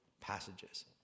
passages